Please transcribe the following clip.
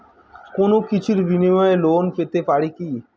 কোনো কিছুর বিনিময়ে লোন পেতে পারি কি?